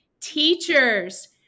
teachers